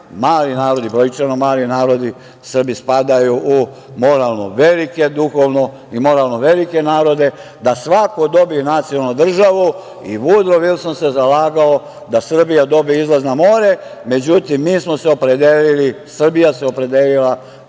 mali narodi, brojčano mali narodi, Srbi spadaju u duhovno i moralno velike narode, da svako dobije nacionalnu državu i Vudro Vilson se zalagao da Srbija dobije izlaz na more, međutim, mi smo se opredelili, Srbija se opredelila